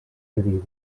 jurídic